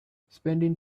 spending